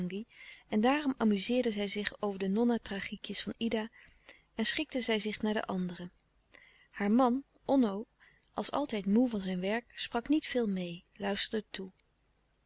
en daarom amuzeerde zij zich over de nonna tragiekjes van ida en schikte zij zich naar de anderen haar man onno als altijd moê van zijn werk sprak niet veel meê luisterde toe